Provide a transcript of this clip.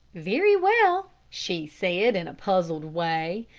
very well, she said, in a puzzled way.